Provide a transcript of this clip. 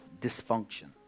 dysfunction